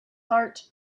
heart